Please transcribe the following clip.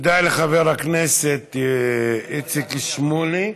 תודה לחבר הכנסת איציק שמולי.